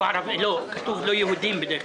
בדרך כלל כתוב "לא יהודים".